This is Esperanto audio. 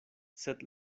sed